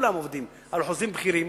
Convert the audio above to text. כולם עובדים בחוזי בכירים,